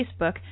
Facebook